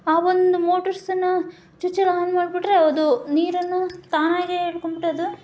ಆ ಒಂದು ಮೋಟರ್ಸನ್ನ ಚೂರ್ಚೂರು ಆನ್ ಮಾಡಿಬಿಟ್ರೆ ಅದು ನೀರನ್ನು ತಾನಾಗಿಯೇ ಎಳ್ಕೊಂಡು ಬಿಟ್ಟದು